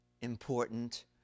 important